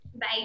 Bye